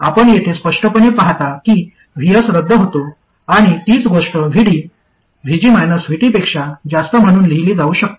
आपण येथे स्पष्टपणे पाहता की VS रद्द होतो आणि तीच गोष्ट VD VG VT पेक्षा जास्त म्हणून लिहली जाऊ शकते